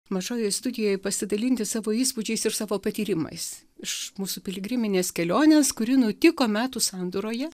mažojoj studijoj pasidalinti savo įspūdžiais iš savo patyrimais iš mūsų piligriminės kelionės kuri nutiko metų sandūroje